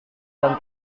dan